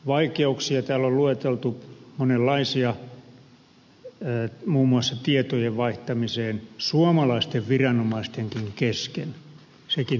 vaikeuksia täällä on lueteltu monenlaisia muun muassa tietojen vaihtaminen suomalaistenkin viranomaisten kesken tuli täällä jo esiin